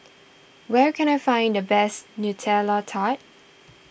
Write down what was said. where can I find the best Nutella Tart